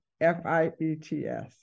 F-I-E-T-S